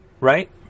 right